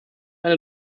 eine